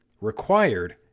required